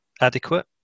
adequate